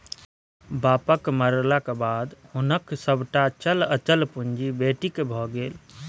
बापक मरलाक बाद हुनक सभटा चल अचल पुंजी बेटीक भए गेल